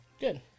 Good